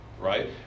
right